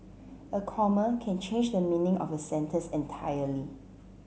a comma can change the meaning of a sentence entirely